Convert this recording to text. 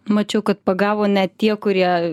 mačiau kad pagavo ne tie kurie